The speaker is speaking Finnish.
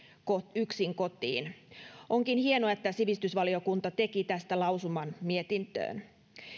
yksin kotiin onkin hienoa että sivistysvaliokunta teki tästä lausuman mietintöön